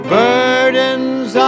burdens